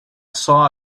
saw